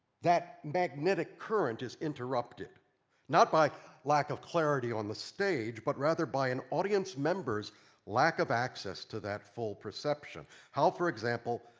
that magnetic current is interrupted not by lack of clarity on the stage but rather by an audience member's lack of access to that full perception? how, for example,